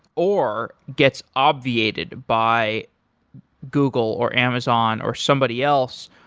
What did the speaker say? or gets obviated by google or amazon or somebody else,